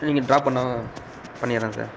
நீங்கள் ட்ராப் பண்ணிணதும் பண்ணிடறேன் சார்